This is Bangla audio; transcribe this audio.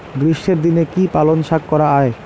গ্রীষ্মের দিনে কি পালন শাখ করা য়ায়?